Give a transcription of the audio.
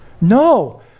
No